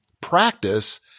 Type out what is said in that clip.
practice